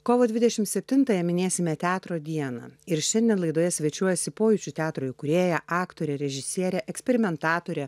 kovo dvidešim septintąją minėsime teatro dieną ir šiandien laidoje svečiuojasi pojūčių teatro įkūrėja aktorė režisierė eksperimentatorė